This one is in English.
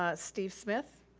ah steve smith.